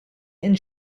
and